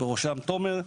ובראשה מתומר,